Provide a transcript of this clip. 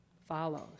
follows